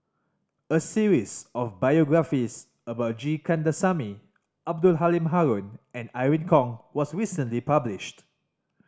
a series of biographies about G Kandasamy Abdul Halim Haron and Irene Khong was recently published